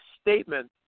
statement